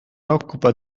occupa